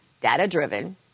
data-driven